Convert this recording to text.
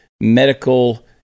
medical